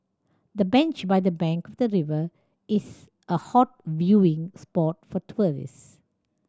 the bench by the bank of the river is a hot viewing spot for tourist